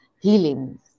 healing